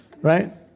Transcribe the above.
Right